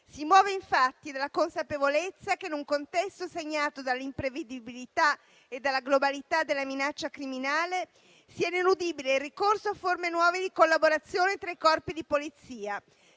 Si muove infatti dalla consapevolezza che, in un contesto segnato dall'imprevedibilità e dalla globalità della minaccia criminale, sia ineludibile il ricorso a forme nuove di collaborazione tra i corpi di Polizia,